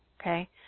Okay